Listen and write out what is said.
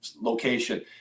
location